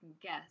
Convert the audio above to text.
guess